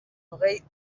hogei